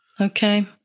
Okay